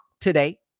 today